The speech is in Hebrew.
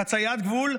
חציית גבול,